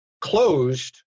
closed